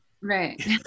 Right